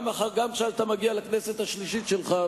גם כשאתה מגיע לכנסת השלישית שלך,